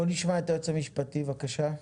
בוא נשמע את היועץ המשפטי, בבקשה.